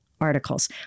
articles